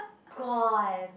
gone